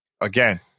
again